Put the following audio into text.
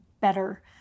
better